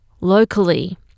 locally